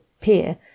peer